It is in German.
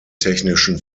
technischen